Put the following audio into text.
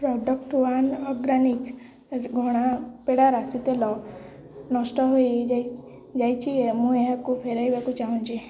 product one organic ଘଣା ପେଡ଼ା ରାଶି ତେଲ ନଷ୍ଟ ହେଇଯାଇଛି ମୁଁ ଏହାକୁ ଫେରାଇବାକୁ ଚାହୁଁଛି